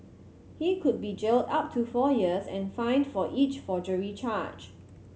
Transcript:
he could be jailed up to four years and fined for each forgery charge